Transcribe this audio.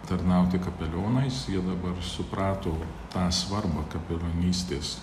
tarnauti kapelionais jie dabar suprato tą svarbą kapilionystės